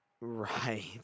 Right